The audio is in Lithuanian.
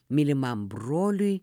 mylimam broliui